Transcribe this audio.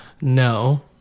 No